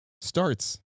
starts